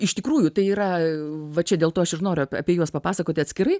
iš tikrųjų tai yra va čia dėl to aš ir noriu apie juos papasakoti atskirai